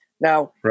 Now